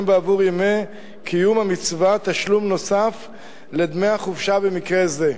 בעבור ימי קיום המצווה תשלום נוסף לדמי החופשה במקרה זה.